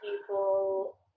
people